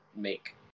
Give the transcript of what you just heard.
make